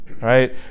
Right